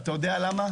אתה יודע למה?